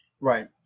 right